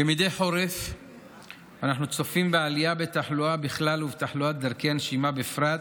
כמדי חורף אנחנו צופים בעלייה בתחלואה בכלל ובתחלואת דרכי הנשימה בפרט.